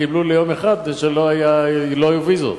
קיבלו ליום אחד משום שלא היו ויזות,